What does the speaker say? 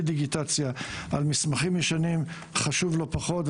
דיגיטציה על מסמכים ישנים חשוב לא פחות,